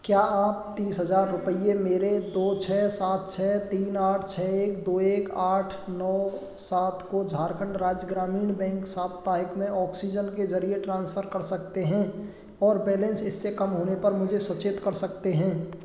क्या आप तीस हज़ार रुपये मेरे दो छह सात छह तीन आठ छह एक दो एक आठ नौ सात को झारखण्ड राज्य ग्रामीण बैंक साप्ताहिक में ऑक्सीजन के ज़रिए ट्रांसफ़र कर सकते हैं और बैलेंस इससे कम होने पर मुझे सचेत कर सकते हैं